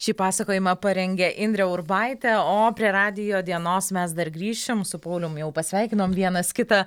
šį pasakojimą parengė indrė urbaitė o prie radijo dienos mes dar grįšim su paulium jau pasveikinom vienas kitą